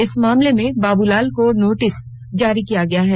इस मामले में बाबूलाल को नोटिस जारी किया गया है